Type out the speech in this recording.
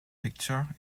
picture